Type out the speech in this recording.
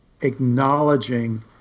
acknowledging